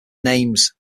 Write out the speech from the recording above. names